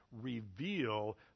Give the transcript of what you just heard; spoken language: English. reveal